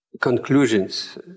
conclusions